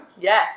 Yes